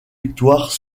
victoires